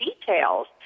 details